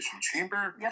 Chamber